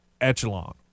echelon